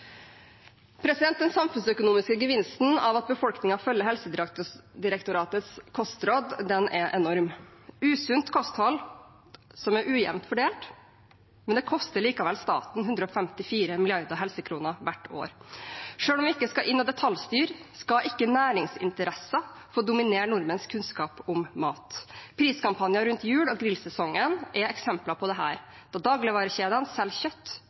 Den samfunnsøkonomiske gevinsten av at befolkningen følger Helsedirektoratets kostråd, er enorm. Usunt kosthold er ujevnt fordelt, men det koster likevel staten 154 milliarder helsekroner hvert år. Selv om vi ikke skal inn og detaljstyre, skal ikke næringsinteresser få dominere nordmenns kunnskap om mat. Priskampanjer rundt jul og grillsesongen er eksempler på dette. Da selger dagligvarekjedene kjøtt